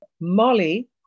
Molly